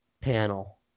panel